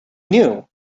knew